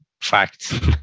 fact